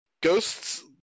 Ghost's